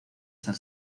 san